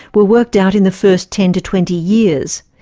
were worked out in the first ten to twenty years.